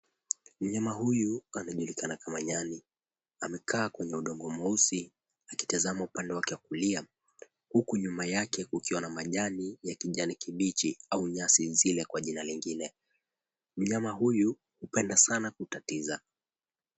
Mnyama huyu anajulikana kama nyani. Amekaa kwenye udongo mweusi akitazama upande wake wa kulia huku nyuma yake kukiwa na majani ya kijani kibichi au nyasi nzile kwa jina lingine. Mnyama huyu hupenda sana kutatiza.